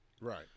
Right